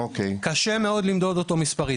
קשה מאוד למדוד אותו מספרית.